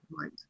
right